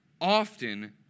Often